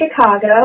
chicago